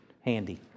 handy